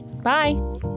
Bye